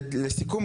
לסיכום,